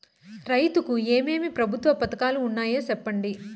రైతుకు ఏమేమి ప్రభుత్వ పథకాలు ఉన్నాయో సెప్పండి?